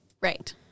Right